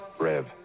Rev